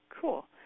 cool